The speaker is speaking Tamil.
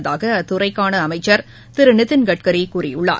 உள்ளதாக அத்துறைக்கான அமைச்சர் திரு நிதின் கட்கரி கூழியுள்ளார்